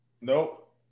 Nope